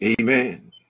Amen